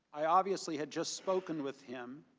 i obviously had just spoken with him.